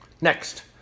Next